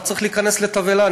לא צריך להיכנס לתבהלה.